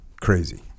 crazy